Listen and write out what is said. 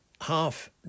half